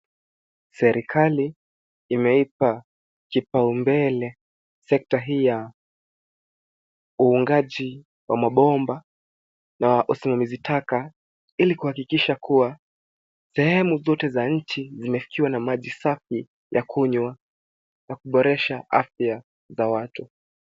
Serikali imeipa kipaumbele sekta hii ya uungaji wa mabomba na usimamizi taka, ilikuhakikisha kuwa sehemu zote za nchi zimefikiwa na maji safi ya kunywa na kuboresha afya za watu.